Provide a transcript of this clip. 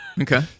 Okay